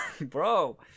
bro